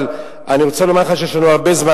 אבל אני רוצה לומר לך שיש לנו הרבה זמן